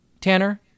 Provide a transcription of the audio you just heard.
Tanner